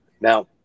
now